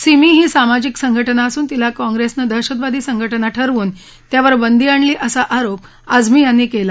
सिमी ही सामाजिक संघटना असून तिला काँप्रेसनं दहशतवादी संघटना ठरवून त्यावर बंदी आणली असा आरोप आझमी यांनी केला